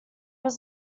was